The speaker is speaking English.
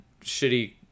shitty